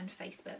facebook